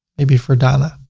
maybe verdana,